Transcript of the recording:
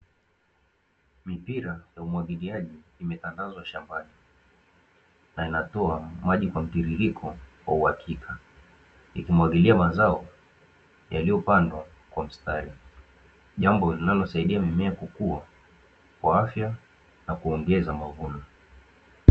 Mipira ya umwagiliaji imetandazwa shambani, yanatoa maji kwa mtiririko kwa uhakika, ikimwagilia mazao yaliyopandwa kwa mstari, jambo linalosaidia mimea kukua kwa afya na kuongeza mavuno.